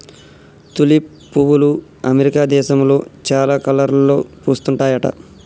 tulip పువ్వులు America దేశంలో చాలా కలర్లలో పూస్తుంటాయట